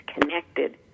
connected